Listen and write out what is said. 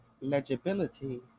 legibility